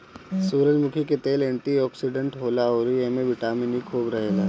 सूरजमुखी के तेल एंटी ओक्सिडेंट होला अउरी एमे बिटामिन इ खूब रहेला